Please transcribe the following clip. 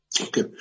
Okay